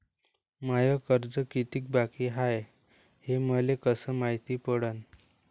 माय कर्ज कितीक बाकी हाय, हे मले कस मायती पडन?